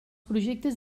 projectes